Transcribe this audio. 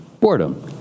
Boredom